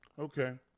okay